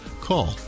Call